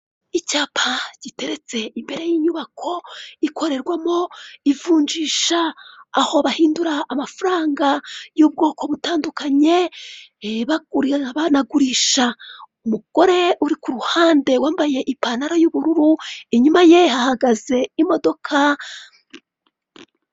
Icyapa giteretse imbere y'inyubako ikorerwamo ivunjisha, aho bahindura amafaranga y'ubwoko butandukanye, bagura banagurisha. Umugore uri kuruhande wambaye ipantaro y'ubururu inyuma ye hahagaze imodoka.